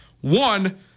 one